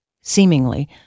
seemingly